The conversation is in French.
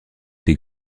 des